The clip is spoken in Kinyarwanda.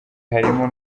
harimo